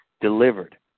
delivered